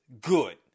good